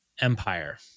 empire